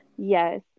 Yes